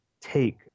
take